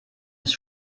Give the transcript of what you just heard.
ist